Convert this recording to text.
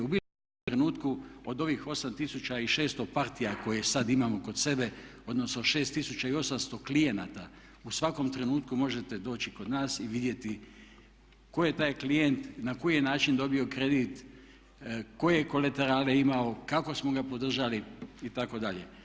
U bilo kojem trenutku od ovih 8600 partija koje sad imamo kod sebe, odnosno 6800 klijenata u svakom trenutku možete doći kod nas i vidjeti tko je taj klijent, na koji je način dobio kredit, koje je koleterale imao, kako smo ga podržali itd.